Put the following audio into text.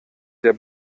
der